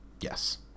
Yes